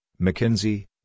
McKinsey